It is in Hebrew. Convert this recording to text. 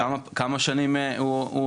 כשהיא התחילה?